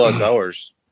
hours